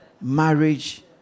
Marriage